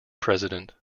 president